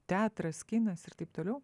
teatras kinas ir taip toliau